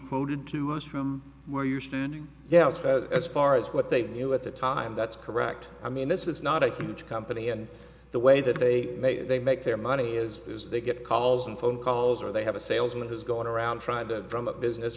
quoted to us from where you're standing yeah as far as what they knew at the time that's correct i mean this is not a huge company and the way that they may make their money is is they get calls and phone calls or they have a salesman who's going around trying to drum up business